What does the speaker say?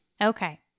Okay